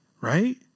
right